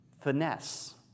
finesse